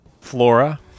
Flora